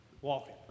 walking